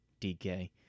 DK